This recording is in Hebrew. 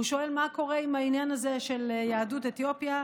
הוא שואל מה קורה עם העניין הזה של יהדות אתיופיה,